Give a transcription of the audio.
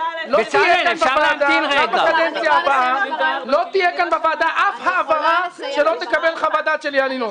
גם בקדנציה הבאה, שלא תקבל חוות דעת של איל ינון.